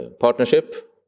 partnership